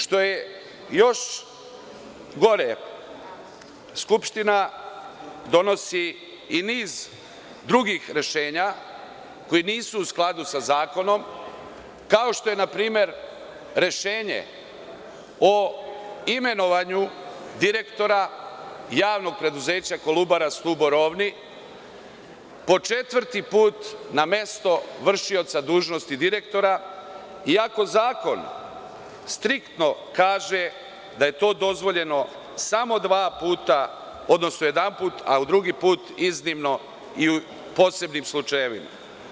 Što je još gore, Skupština donosi i niz drugih rešenja koja nisu u skladu sa zakonom, kao što je npr. rešenje o imenovanju direktora javnog preduzeća „Kolubara Stubo-Rovni“ po četvrti put na mesto vršioca dužnosti direktora, iako zakon striktno kaže da je to dozvoljeno samo dva puta, odnosno jedanput, a drugi put u posebnim slučajevima.